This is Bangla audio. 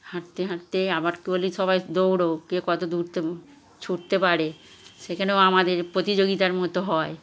হাঁটতে হাঁটতে আবার সবাইকে বলি সবাই দৌড়ও কে কত দূড়তে ছুটতে পারে সেখানেও আমাদের প্রতিযোগিতার মতো হয়